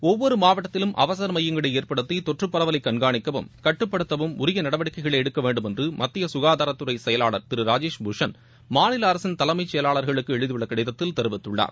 ஒவ்வொரு மாவட்டத்திலும் அவசர மையங்களை ஏற்படுத்தி தொற்றுப் பரவலைக் கண்காணிக்கவும் கட்டுப்படுத்தவும் உரிய நடவடிக்கைகளை எடுக்க வேண்டுமென்று மத்திய கனதாரத்துறை செயலாளர் திரு ராஜேஷ் பூஷண் மாநில அரசின் தலைமைச் செயலாளர்களுக்கு எழுதியுள்ள கடிதத்தில் தெரிவித்துள்ளார்